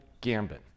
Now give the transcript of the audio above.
gambit